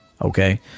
Okay